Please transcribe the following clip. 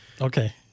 Okay